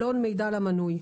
מידע למנוי".